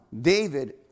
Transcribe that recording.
David